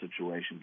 situation